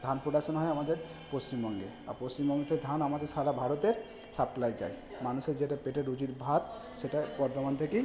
ধান প্রোডাকশান হয় আমাদের পশ্চিমবঙ্গে আর পশ্চিমবঙ্গ থেকে ধান আমাদের সারা ভারতের সাপ্লাই যায় মানুষের যেটা পেটের রুজির ভাত সেটা বর্ধমান থেকেই